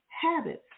habits